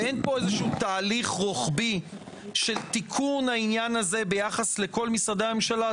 ואין פה איזשהו תהליך רוחבי של תיקון העניין הזה ביחס לכל משרדי הממשלה,